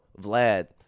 Vlad